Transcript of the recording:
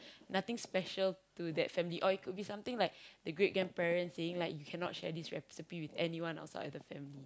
nothing special to that family or it could be sometime like the great grandparents saying like you cannot share this recipe with anyone outside of the family